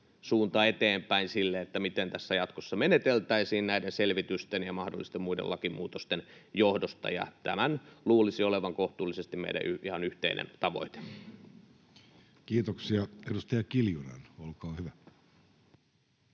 suunta eteenpäin sille, miten tässä jatkossa meneteltäisiin näiden selvitysten ja mahdollisten muiden lakimuutosten johdosta, ja tämän luulisi olevan kohtuullisesti meille ihan yhteinen tavoite. Kiitoksia. — Edustaja Kiljunen, olkaa hyvä.